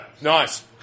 Nice